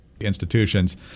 institutions